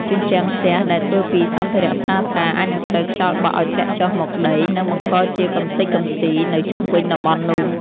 ជញ្ជាំងផ្ទះដែលធ្វើពីសម្ភារៈស្រាលៗអាចនឹងត្រូវខ្យល់បក់ឱ្យធ្លាក់ចុះមកដី និងបង្កជាកម្ទេចកំទីនៅជុំវិញតំបន់នោះ។